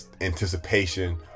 anticipation